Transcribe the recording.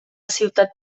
ciutat